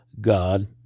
God